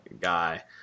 guy